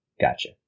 gotcha